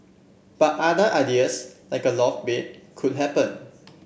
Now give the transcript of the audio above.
but other ideas like a loft bed could happen